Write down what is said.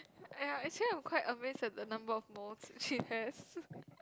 yeah actually I'm quite amazed at the number of moles she has